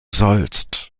sollst